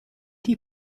die